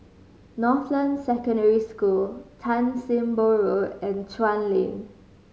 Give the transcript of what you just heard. Northland Secondary School Tan Sim Boh Road and Chuan Lane